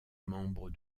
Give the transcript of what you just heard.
membres